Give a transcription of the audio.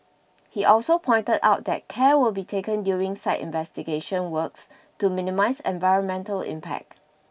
he also pointed out that care will be taken during site investigation works to minimise environmental impact